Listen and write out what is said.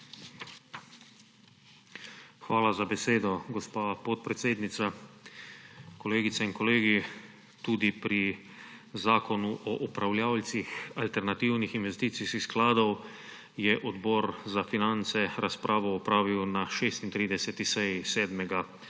Hvala za besedo, gospa podpredsednica. Kolegice in kolegi! Tudi pri Zakonu o upravljavcih alternativnih investicijskih skladov je Odbor za finance razpravo opravil na 36.